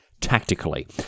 tactically